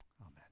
Amen